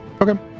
Okay